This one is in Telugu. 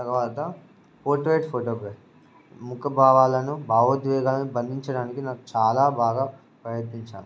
తర్వాత పోర్ట్రేట్ ఫోటోగ్రఫీ ముఖ భావాలను భావోద్వేగాలను బంధించడానికి నాకు చాలా బాగా ప్రయత్నించాను